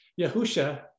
Yahusha